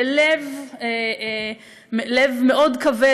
בלב מאוד כבד,